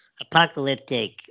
Apocalyptic